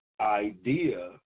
IDEA